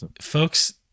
folks